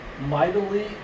mightily